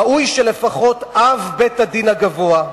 ראוי שלפחות המעמד של אב בית-הדין הגבוה,